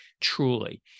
truly